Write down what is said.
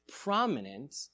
prominent